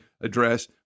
address